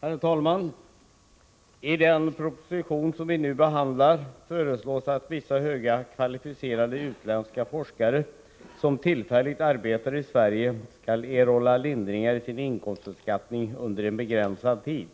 Herr talman! I den proposition som vi nu behandlar föreslås att vissa högt kvalificerade utländska forskare, som tillfälligt arbetar i Sverige, skall erhålla lindringar i sin inkomstbeskattning under en begränsad tid.